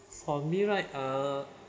for me right uh